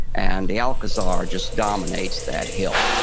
and the alcazar just dominates that hill.